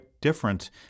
different